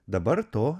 dabar to